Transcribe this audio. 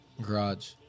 Garage